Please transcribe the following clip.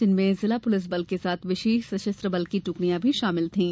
इनमे जिला पुलिस बल के साथ विशेष सशस्त्र बल की टुकड़ियां भी शामिल थीं